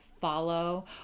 follow